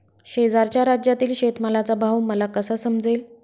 शेजारच्या राज्यातील शेतमालाचा भाव मला कसा समजेल?